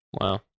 Wow